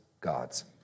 God's